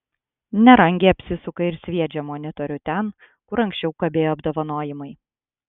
nerangiai apsisuka ir sviedžią monitorių ten kur anksčiau kabėjo apdovanojimai